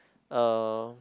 oh